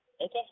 Okay